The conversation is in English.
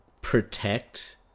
protect